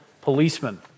policemen